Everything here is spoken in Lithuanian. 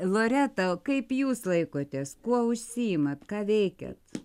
loreta o kaip jūs laikotės kuo užsiimat ką veikiat